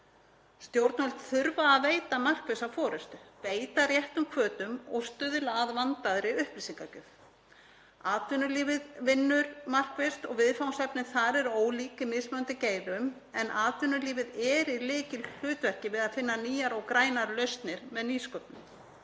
Stjórnvöld þurfa að veita markvissa forystu, beita réttum hvötum og stuðla að vandaðri upplýsingagjöf. Atvinnulífið vinnur markvisst og viðfangsefnin þar eru ólík í mismunandi geirum en atvinnulífið er í lykilhlutverki við að finna nýjar og grænar lausnir með nýsköpun.